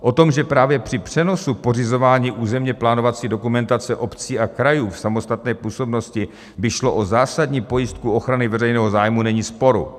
O tom, že právě při přenosu pořizování územněplánovací dokumentace obcí a krajů v samostatné působnosti by šlo o zásadní pojistku ochrany veřejného zájmu, není sporu.